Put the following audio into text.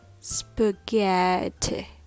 spaghetti